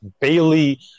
Bailey